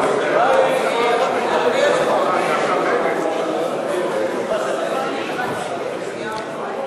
להביע אי-אמון בממשלה לא נתקבלה.